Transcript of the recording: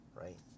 right